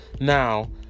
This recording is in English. Now